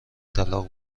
طلاق